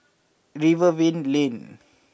Rivervale Lane